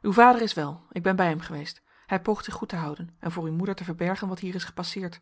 uw vader is wel ik ben bij hem geweest hij poogt zich goed te houden en voor uw moeder te verbergen wat hier is gepasseerd